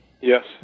Yes